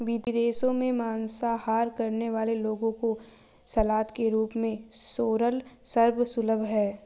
विदेशों में मांसाहार करने वाले लोगों को सलाद के रूप में सोरल सर्व सुलभ है